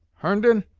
herndon,